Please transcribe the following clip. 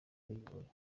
bayibonye